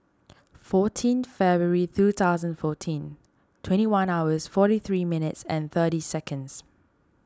fourteen February two thousand fourteen twenty one hours forty three minutes and thirty seconds